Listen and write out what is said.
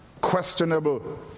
questionable